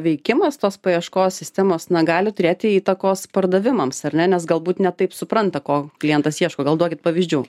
veikimas tos paieškos sistemos na gali turėti įtakos pardavimams ar ne nes galbūt ne taip supranta ko klientas ieško gal duokit pavyzdžių